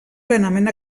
plenament